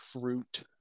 fruit